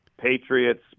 Patriots